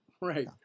Right